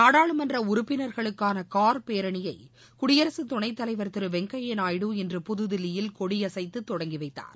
நாடாளுமன்ற உறுப்பினர்களுக்கான கார் பேரணியை குடியரசு துணைத் தலைவர் திரு வெங்கய்ய நாயுடு இன்று புதுதில்லியில் கொடியசைத்து தொடங்கி வைத்தார்